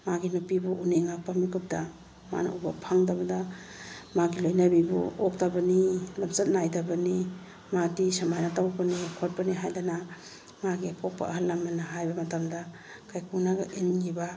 ꯃꯥꯒꯤ ꯅꯨꯄꯤꯕꯨ ꯎꯅꯤꯡꯉꯛꯄ ꯃꯤꯀꯨꯞꯇ ꯃꯥꯅ ꯎꯕ ꯐꯪꯗꯕꯗ ꯃꯥꯒꯤ ꯂꯣꯏꯅꯕꯤꯕꯨ ꯑꯣꯛꯇꯕꯅꯤ ꯂꯝꯆꯠ ꯅꯥꯏꯗꯕꯅꯤ ꯃꯥꯗꯤ ꯁꯨꯃꯥꯏꯅ ꯇꯧꯕꯅꯦ ꯈꯣꯠꯄꯅꯦ ꯍꯥꯏꯗꯅ ꯃꯥꯒꯤ ꯑꯄꯣꯛꯄ ꯑꯍꯟ ꯂꯃꯟꯅ ꯍꯥꯏꯕ ꯃꯇꯝꯗ ꯀꯥꯏꯀꯨꯅꯒ ꯏꯟꯈꯤꯕ